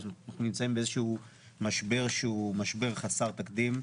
אנחנו נמצאים במשבר שהוא חסר תקדים,